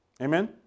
Amen